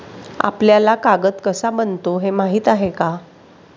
आपल्याला कागद कसा बनतो हे माहीत आहे का?